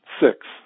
six